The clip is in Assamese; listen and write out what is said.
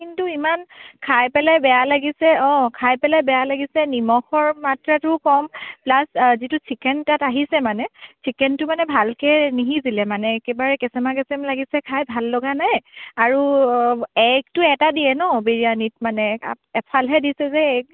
কিন্তু ইমান খাই পেলাই বেয়া লাগিছে অ' খাই পেলাই বেয়া লাগিছে নিমখৰ মাত্ৰাটোও কম প্লাছ যিটো চিকেন তাত আহিছে মানে চিকেনটো মানে ভালকৈ নিসিজিলে মানে একেবাৰে কেচেমা কেচেম লাগিছে খাই ভাল লগা নাই আৰু এগটো এটা দিয়ে ন বিৰিয়ানীত মানে এফালহে দিছে যে এগ